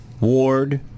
Ward